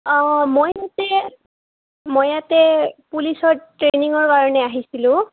অঁ মই ইয়াতে মই ইয়াতে পুলিচৰ ট্ৰেইনিঙৰ কাৰণে আহিছিলোঁ